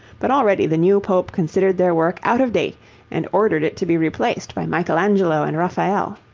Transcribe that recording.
but already the new pope considered their work out of date and ordered it to be replaced by michelangelo and raphael.